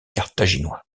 carthaginois